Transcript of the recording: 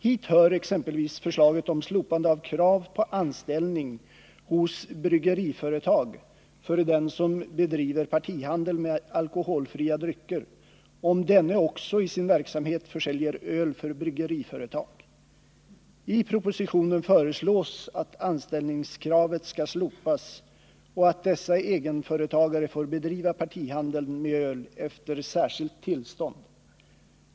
Hit hör exempelvis förslaget om slopande av krav på anställning hos bryggeriföretag för den som bedriver partihandel med alkoholfria drycker, om denne också i sin verksamhet försäljer öl för bryggeriföretag. I propositionen föreslås att anställningskravet skall slopas och att dessa egenföretagare får bedriva partihandeln med öl efter särskilt tillstånd.